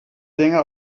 länger